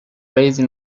raised